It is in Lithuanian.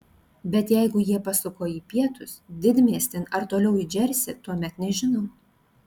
bet jeigu jie pasuko į pietus didmiestin ar toliau į džersį tuomet nežinau